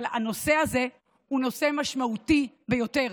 אבל הנושא הזה הוא נושא משמעותי ביותר.